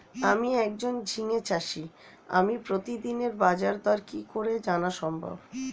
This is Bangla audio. আমি একজন ঝিঙে চাষী আমি প্রতিদিনের বাজারদর কি করে জানা সম্ভব?